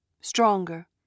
stronger